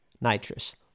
nitrous